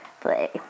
play